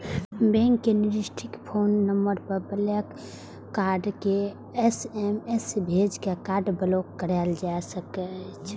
bank के निर्दिष्ट phone number पर ब्लॉक कार्ड के एस.एम.एस भेज के कार्ड ब्लॉक कराएल जा सकैए